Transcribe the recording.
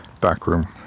backroom